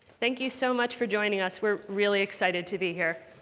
thank you so much for joining us. we're really excited to be here.